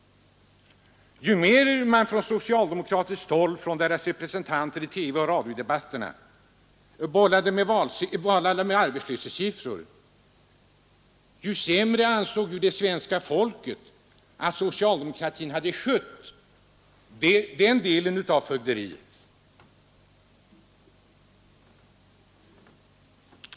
Ju mer socialdemokraterna och deras representanter i radiooch TV-debatterna under valrörelsen bollade med arbetslöshetssiffror, desto sämre ansåg det svenska folket att socialdemokratin hade skött den delen av fögderiet.